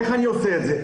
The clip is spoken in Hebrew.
איך אני עושה את זה?